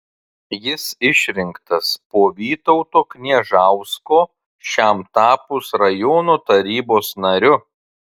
jis išrinktas po vytauto kniežausko šiam tapus rajono tarybos nariu